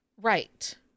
Right